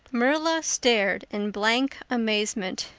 marilla stared in blank amazement.